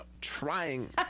trying